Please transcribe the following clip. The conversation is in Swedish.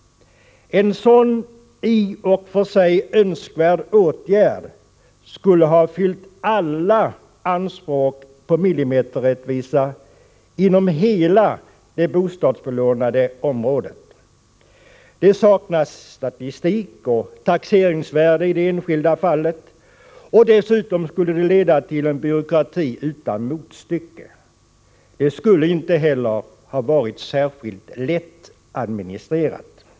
En sådan i och för sig önskvärd åtgärd skulle ha fyllt alla anspråk på millimeterrättvisa inom hela det bostadsbelånade området. Det saknas emellertid statistik och taxeringsvärde i det enskilda fallet, och dessutom skulle det ha lett till en byråkrati utan motstycke. Det skulle inte heller ha varit särskilt lättadministrerat.